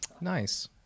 Nice